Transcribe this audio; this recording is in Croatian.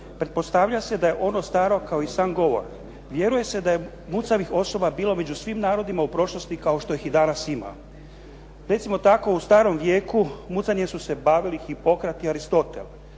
Pretpostavlja se da je ono staro kao i sam govor. Vjeruje se da je mucavih osoba bilo među svim narodima u prošlosti kao što ih danas ima. Recimo tako u starom vijeku mucanjem su se bavili Hipokrat, Aristotel.